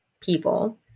people